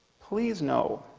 please know